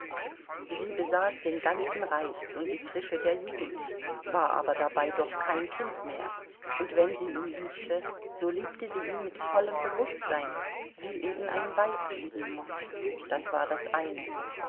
sie besaß den ganzen reiz und die frische der jugend war aber dabei doch kein kind mehr und wenn sie ihn liebte so liebte sie ihn mit vollem bewußtsein wie eben ein weib lieben muß das war das eine